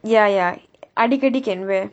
ya ya அடிக்கடி:adikkadi can wear